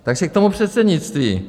Takže k tomu předsednictví.